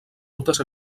rutes